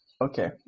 Okay